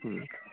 হুম